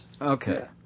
Okay